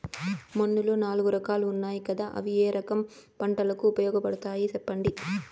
మన్నులో నాలుగు రకాలు ఉన్నాయి కదా అవి ఏ రకం పంటలకు ఉపయోగపడతాయి చెప్పండి?